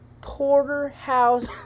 porterhouse